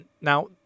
Now